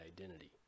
identity